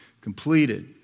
completed